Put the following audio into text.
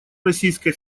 российской